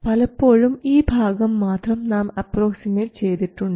പലപ്പോഴും ഈ ഭാഗം മാത്രം നാം അപ്രോക്സിമേറ്റ് ചെയ്തിട്ടുണ്ട്